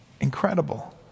incredible